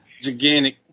Gigantic